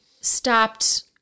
stopped